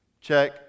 Check